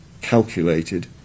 calculated